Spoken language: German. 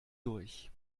durch